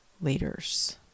leaders